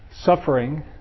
suffering